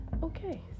okay